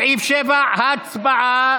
אדלשטיין, בעד אמיר אוחנה,